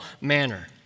manner